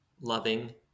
loving